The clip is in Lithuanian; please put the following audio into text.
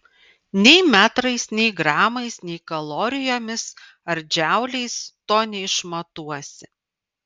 nei metrais nei gramais nei kalorijomis ar džauliais to neišmatuosi